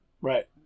right